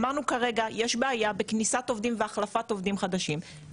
אמרנו כרגע יש בעיה בכניסת עובדים והחלפת עובדים חדשים,